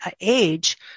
age